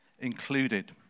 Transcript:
included